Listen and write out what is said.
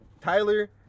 Tyler